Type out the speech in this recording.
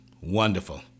Wonderful